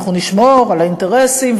אנחנו נשמור על האינטרסים,